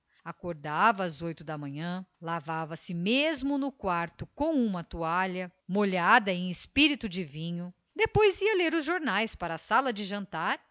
acordava às oito da manhã lavava se mesmo no quarto com uma toalha molhada em espírito de vinho depois ia ler os jornais para a sala de jantar